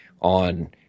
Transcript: on